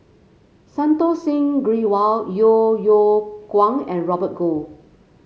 Santokh Singh Grewal Yeo Yeow Kwang and Robert Goh